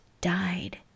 died